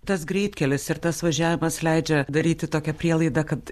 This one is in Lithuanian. tas greitkelis ir tas važiavimas leidžia daryti tokią prielaidą kad